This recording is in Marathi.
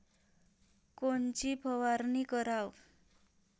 कोनची फवारणी कराव?